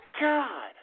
God